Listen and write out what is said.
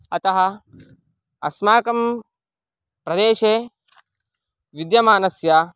अतः अस्माकं प्रदेशे विद्यमानस्य